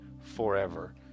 forever